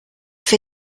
für